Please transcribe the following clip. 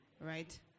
right